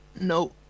No